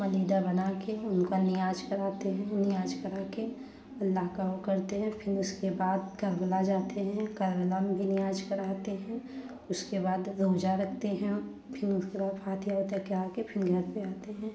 मलीदा बना कर उनका नियाज़ करते हैं नियाज़ करा के अल्लाह का वो करते हैं फिर उसके बाद कर्बला जाते हैं कर्बला में भी नियाज़ करते हैं उसके बाद रोज़ा रखते हैं फिर उसके बाद फतवा होता है क्या कर फिर घर पर आते हैं